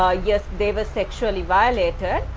ah yes they were sexually violated.